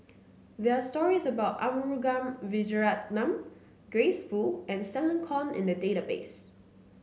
there are stories about Arumugam Vijiaratnam Grace Fu and Stella Kon in the database